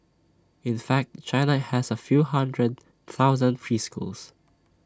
in fact China has A few hundred thousand preschools